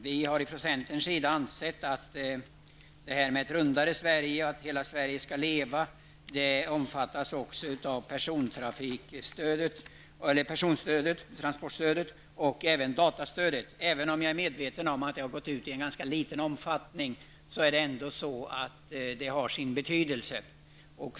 Vi centermotionärer anser att detta med ''ett rundare Sverige'' och ''hela Sverige skall leva'' också berör stöden för persontransporter och datakommunikation. Även om jag är medveten om att dessa stöd utgått i en ganska liten omfattning har de ändå sin betydelse.